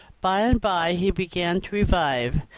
by and by he began to revive,